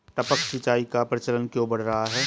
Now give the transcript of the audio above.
टपक सिंचाई का प्रचलन क्यों बढ़ रहा है?